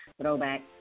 Throwback